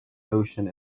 notion